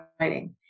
writing